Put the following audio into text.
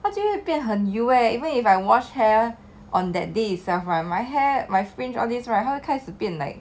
他就会变很油 eh even if I wash hair on that day itself right my hair my fringe all these right 他会开始变 like